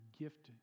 gift